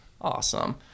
Awesome